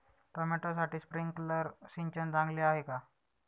टोमॅटोसाठी स्प्रिंकलर सिंचन चांगले आहे का?